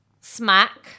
Smack